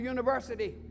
University